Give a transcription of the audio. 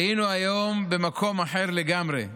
היינו היום במקום אחר לגמרי,